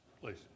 Please